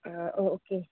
okay